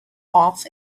off